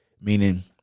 meaning